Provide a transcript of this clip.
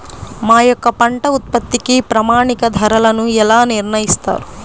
మా యొక్క పంట ఉత్పత్తికి ప్రామాణిక ధరలను ఎలా నిర్ణయిస్తారు?